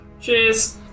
Cheers